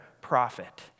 prophet